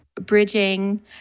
bridging